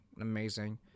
Amazing